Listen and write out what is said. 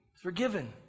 forgiven